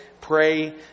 pray